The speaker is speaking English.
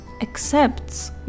accepts